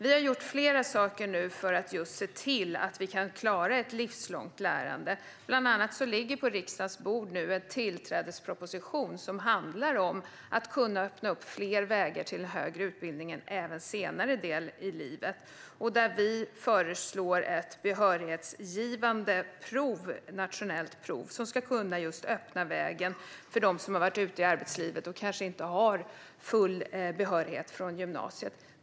Vi har gjort flera saker för att se till att vi kan klara ett livslångt lärande. Bland annat ligger nu på riksdagens bord en tillträdesproposition som handlar om att kunna öppna upp fler vägar till den högre utbildningen även senare i livet. Vi föreslår ett behörighetsgivande nationellt prov som ska öppna vägen för dem som har varit ute i arbetslivet och kanske inte har full behörighet från gymnasiet.